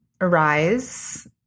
arise